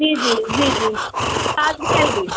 جی جی جی جی تاج محل بھی